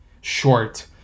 short